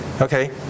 Okay